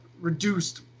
reduced